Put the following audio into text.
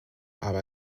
aber